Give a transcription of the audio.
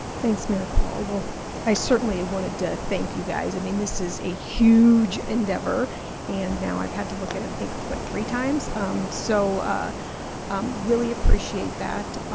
thanks mira, paul wolfe i certainly wanted to thank you guys i mean, this is a huge endeavor and now i've had to look at and think what three times um so um really appreciate that.